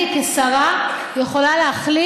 ותקנון הכנסת, אני, כשרה, יכולה להחליף